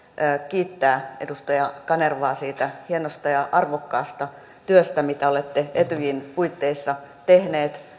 kiittää edustaja kanervaa siitä hienosta ja arvokkaasta työstä mitä olette etyjin puitteissa tehnyt